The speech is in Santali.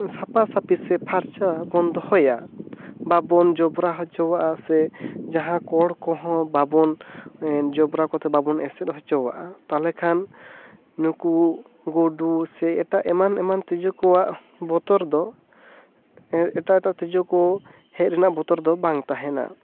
ᱥᱟᱯᱷᱟ ᱥᱟᱹᱯᱷᱤ ᱥᱮ ᱯᱷᱟᱨᱪᱟ ᱵᱚᱱ ᱫᱚᱦᱚᱭᱟ ᱵᱟᱵᱚᱱ ᱡᱚᱵᱽᱨᱟ ᱦᱚᱪᱚᱭᱟᱜᱼᱟ ᱥᱮ ᱡᱟᱦᱟᱸ ᱠᱚᱸᱬ ᱠᱚᱦᱚᱸ ᱵᱟᱵᱚᱱ ᱡᱚᱵᱽᱨᱟ ᱠᱚᱛᱮ ᱵᱟᱵᱚᱱ ᱮᱥᱮᱫ ᱦᱚᱪᱚᱣᱟᱜᱼᱟ ᱛᱟᱦᱚᱞᱮ ᱠᱷᱟᱱ ᱱᱩᱠᱩ ᱜᱩᱰᱩ ᱥᱮ ᱮᱴᱟᱜ ᱮᱢᱟᱱ ᱮᱢᱟᱱ ᱛᱤᱡᱩ ᱠᱚᱣᱟᱜ ᱵᱚᱛᱚᱨ ᱫᱚ ᱮᱴᱟᱜ ᱮᱴᱟᱜ ᱛᱤᱡᱩ ᱠᱚ ᱦᱮᱡ ᱨᱮᱱᱟᱜ ᱵᱚᱛᱚᱨ ᱫᱚ ᱵᱟᱝ ᱛᱟᱦᱮᱱᱟ